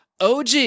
OG